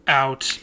out